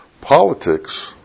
Politics